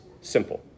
simple